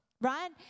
right